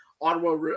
Ottawa